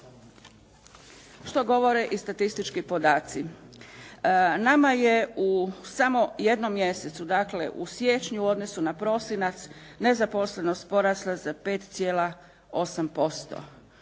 što govore i statistički podaci. Nama je u samo jednom mjesecu, dakle, u siječnju u odnosu na prosinac nezaposlenost porasla za 5,8%.